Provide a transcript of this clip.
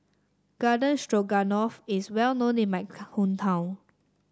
Garden Stroganoff is well known in my hometown